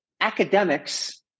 academics